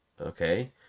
Okay